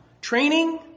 Training